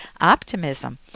optimism